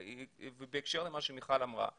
בהקשר למה שמיכל אמרה.